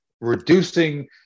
reducing